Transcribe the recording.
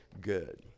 good